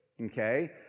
Okay